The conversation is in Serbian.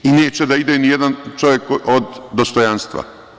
Neće da ide ni jedan čovek od dostojanstva.